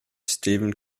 stephen